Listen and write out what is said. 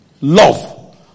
love